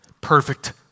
perfect